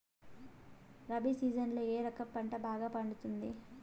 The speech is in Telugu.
రబి సీజన్లలో ఏ రకం పంట బాగా పండుతుంది